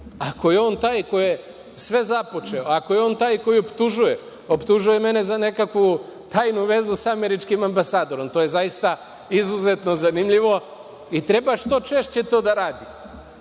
Ako je on taj koji je sve započeo, ako je on taj koji optužuje, optužuje mene za nekakvu tajnu vezu sa američkim ambasadorom. To je zaista izuzetno zanimljivo i treba što češće to da radi,